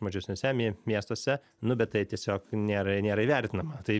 mažesniuose mie miestuose nu bet tai tiesiog nėra nėra įvertinama tai